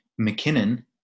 McKinnon